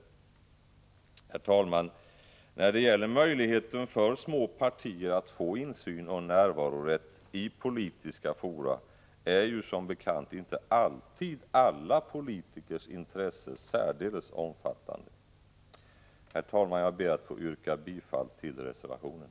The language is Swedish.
Herr talman! När det gäller möjligheten för små partier att få insyn och närvarorätt i politiska fora är som bekant inte alltid alla politikers intresse särdeles omfattande. Herr talman! Jag ber att få yrka bifall till reservationen.